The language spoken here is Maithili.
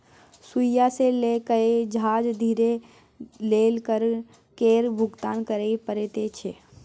सुइया सँ लए कए जहाज धरि लेल कर केर भुगतान करय परैत छै